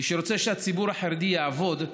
מי שרוצה שהציבור החרדי יעבוד,